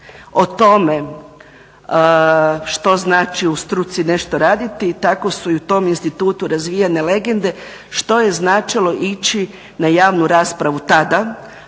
o tome što znači u struci nešto raditi, tako su i u tom institutu razvijene legende što je značilo ići na javnu raspravu tada,